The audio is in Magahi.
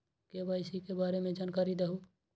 के.वाई.सी के बारे में जानकारी दहु?